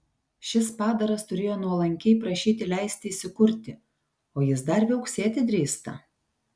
šis padaras turėjo nuolankiai prašyti leisti įsikurti o jis dar viauksėti drįsta